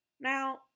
Now